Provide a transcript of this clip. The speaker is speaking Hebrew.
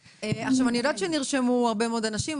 יודעת שנרשמו הרבה מאוד אנשים.